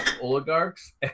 oligarchs